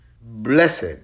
blessed